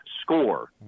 score